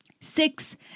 Six